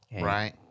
right